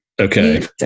Okay